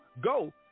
go